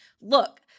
look